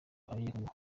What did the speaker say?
abanyekongo